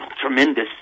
Tremendous